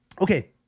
okay